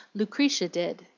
lucretia did,